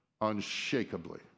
unshakably